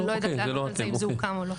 אני לא יודעת להגיד על זה אם זה הוקם או לא.